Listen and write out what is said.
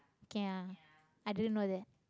khia i didn't know that